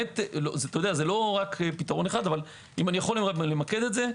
זה לא רק פתרון אחד אבל אם אני יכול למקד את זה,